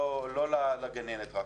לא רק לגננת.